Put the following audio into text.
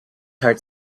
heart